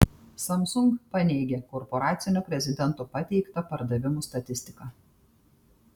samsung paneigė korporacinio prezidento pateiktą pardavimų statistiką